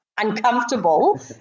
uncomfortable